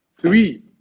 Three